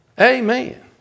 Amen